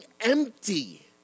empty